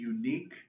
unique